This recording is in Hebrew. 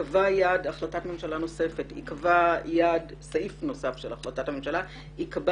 "ייקבע יעד - סעיף נוסף בהחלטת הממשלה - כושר